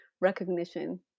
recognition